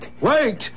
Wait